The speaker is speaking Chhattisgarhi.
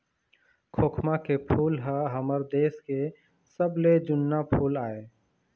खोखमा के फूल ह हमर देश के सबले जुन्ना फूल आय